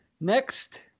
next –